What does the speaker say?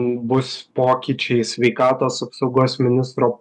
bus pokyčiai sveikatos apsaugos ministro